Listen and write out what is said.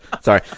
Sorry